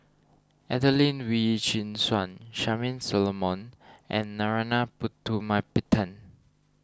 Adelene Wee Chin Suan Charmaine Solomon and Narana Putumaippittan